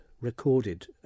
Recorded